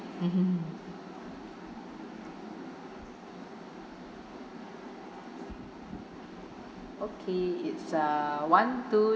mmhmm okay it's uh one two